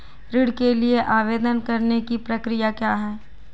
ऋण के लिए आवेदन करने की प्रक्रिया क्या है?